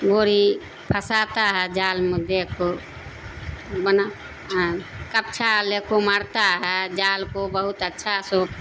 گوری پھنساتا ہے جال میں دے کو بنا کپچھا لے کو مارتا ہے جال کو بہت اچھا سو